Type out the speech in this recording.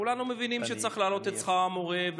כולנו מבינים שצריך להעלות את שכר המורים,